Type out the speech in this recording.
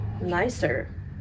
nicer